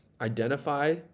identify